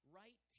right